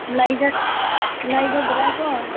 ꯂꯩꯒꯗ꯭ꯔꯀꯣ